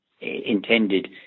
intended